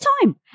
time